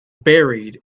buried